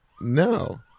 No